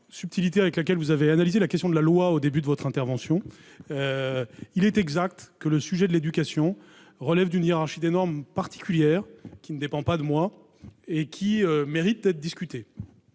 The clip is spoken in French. subtilité avec laquelle vous avez analysé la question de la loi, au début de votre intervention. Il est exact que le sujet de l'éducation relève d'une hiérarchie des normes particulière, qui ne dépend pas de moi et qui mérite d'être discutée.